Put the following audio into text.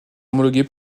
homologuée